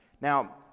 Now